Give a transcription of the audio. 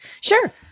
Sure